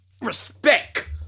respect